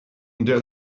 der